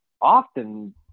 often